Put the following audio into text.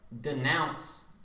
denounce